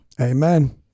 Amen